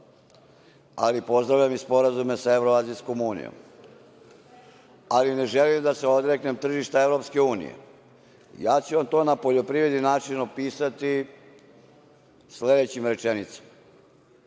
Ali, pozdravljam sporazume i sa Evroazijskom unijom. Ne želim da se odreknem tržišta EU.Ja ću vam to na poljoprivredni način opisati sledećim rečenicama.